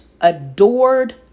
adored